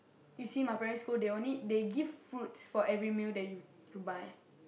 you see my primary school they only they give fruits for every meal that you you buy